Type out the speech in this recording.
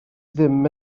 ddim